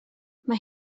mae